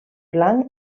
blanc